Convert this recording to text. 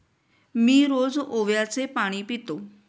मी रोज ओव्याचे पाणी पितो